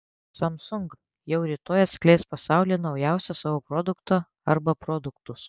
samsung jau rytoj atskleis pasauliui naujausią savo produktą arba produktus